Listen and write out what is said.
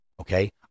Okay